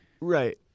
Right